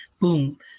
boom